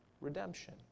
redemption